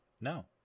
No